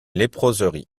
léproserie